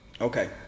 Okay